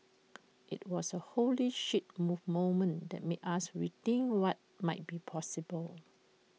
IT was A holy shit move moment that made us rethink what might be possible